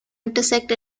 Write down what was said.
intersect